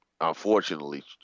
Unfortunately